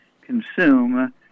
consume